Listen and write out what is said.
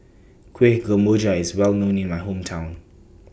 Kuih Kemboja IS Well known in My Hometown